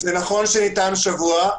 נכון שניתן שבוע,